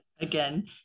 Again